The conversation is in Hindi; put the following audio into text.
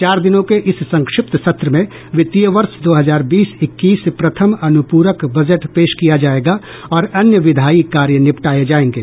चार दिनों के इस संक्षिप्त सत्र में वित्तीय वर्ष दो हजार बीस इक्कीस प्रथम अनुपूरक बजट पेश किया जायेगा और अन्य विधायी कार्य निपटाये जायेंगे